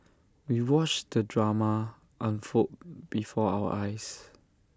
we watched the drama unfold before our eyes